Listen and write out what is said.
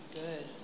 good